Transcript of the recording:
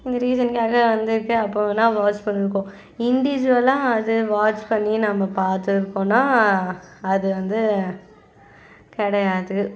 இந்த ரீசன்காக வந்திருக்கு அப்போ வேணா வாட்ச் பண்ணியிருக்கோம் இண்டிஜுவலாக அது வாட்ச் பண்ணி நம்ம பார்த்துருக்கோன்னா அது வந்து கிடையாது